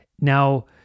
Now